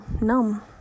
numb